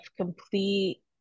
complete